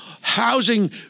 housing